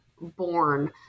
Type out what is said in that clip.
born